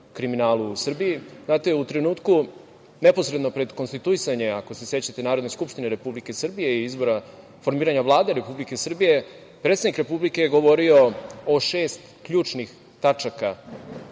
kriminalu u Srbiji. Znate, u trenutku neposredno pred konstituisanje Narodne skupštine Republike Srbije i formiranja Vlade Republike Srbije, predsednik Republike je govorio o šest ključnih tačaka